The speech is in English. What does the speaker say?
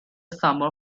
summer